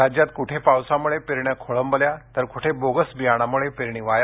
राज्यात कुठे पावसामुळे पेरण्या खोळंबल्या तर कुठे बोगस बियाण्यामुळे पेरणी वाया